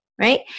Right